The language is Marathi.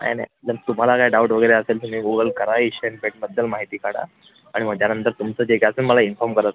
नाही नाही जर तुम्हाला काय डाऊट वगैरे असेल तुम्ही गुगल करा एशियन पेंटबद्दल माहिती काढा आणि मग त्यानंतर तुमचं जे काय असेल तुम्ही मला इन्फाॅर्म करा